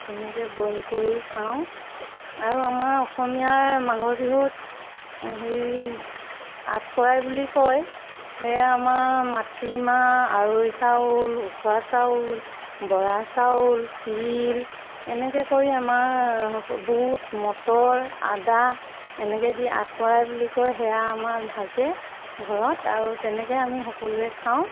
তেনেকৈ বইল কৰি খাওঁ আৰু আমাৰ অসমীয়াৰ মাঘৰ বিহুত হেৰি আঠ কৰাই বুলি কয় সেয়া আমাৰ মাটিমাহ আৰৈ চাউল উখোৱা চাউল বৰা চাউল তিল এনেকৈ কৰি আমাৰ বুট মটৰ আদা এনেকৈ দি আঠ কৰাই বুলি কয় সেয়া আমাৰ ভাঁজে ঘৰত আৰু তেনেকৈ আমি সকলোৱে খাওঁ